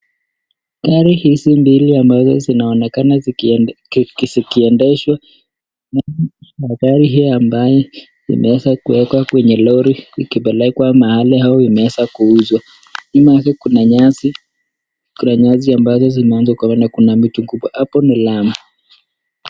Gari hizi mbili ambazo zinaonekana zikiendeshwa, magari hii ambayo imeweza kuwekwa kwenye lori ikipelekwa mahali au imeweza kuuzwa, nyuma yake kuna nyasi ambazo zinaonekana nyuma kuna miti kubwa, hapo ni lami.